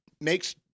makes